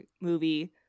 movie